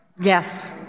Yes